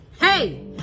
hey